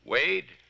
Wade